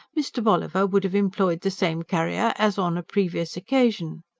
mr. bolliver would have employed the same carrier as on a previous occasion.